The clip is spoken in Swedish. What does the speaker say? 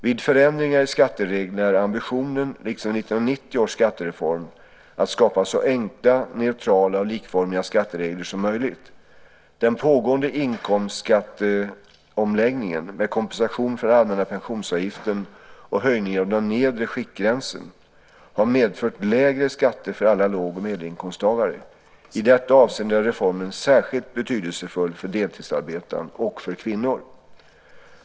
Vid förändringar i skattereglerna är ambitionen, liksom vid 1990 års skattereform, att skapa så enkla, neutrala och likformiga skatteregler som möjligt. Den pågående inkomstskatteomläggningen - med kompensation för den allmänna pensionsavgiften och höjning av den nedre skiktgränsen - har medfört lägre skatter för alla låg och medelinkomsttagare. I detta avseende är reformen särskilt betydelsefull för deltidsarbetande och för kvinnor.